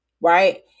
right